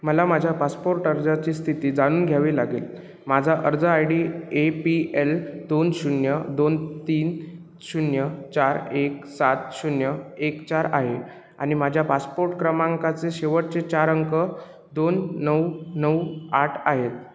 मला माझ्या पासपोर्ट अर्जाची स्थिती जाणून घ्यावी लागेल माझा अर्ज I D A P L दोन शून्य दोन तीन शून्य चार एक सात शून्य एक चार आहे आणि माझ्या पासपोट क्रमांकाचे शेवटचे चार अंक दोन नऊ नऊ आठ आहेत